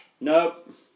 Nope